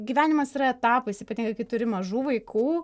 gyvenimas yra etapais ypatingai kai turi mažų vaikų